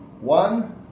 One